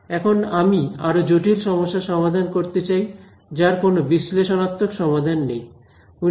এখন আমি আরো জটিল সমস্যার সমাধান করতে চাই যার কোন বিশ্লেষণাত্মক সমাধান নেই